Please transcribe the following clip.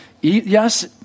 Yes